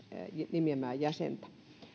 nimeämää jäsentä